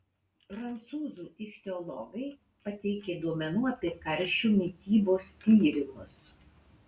prancūzų ichtiologai pateikė duomenų apie karšių mitybos tyrimus